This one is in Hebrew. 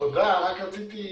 שכן נכללו